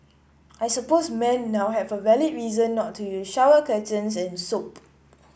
I suppose men now have a valid reason not to use shower curtains and soap